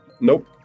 Nope